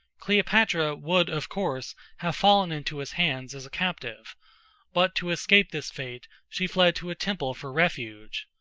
cleopatra would, of course, have fallen into his hands as captive but, to escape this fate, she fled to a temple for refuge.